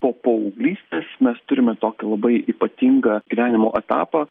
po paauglystės mes turime tokį labai ypatinga gyvenimo etapą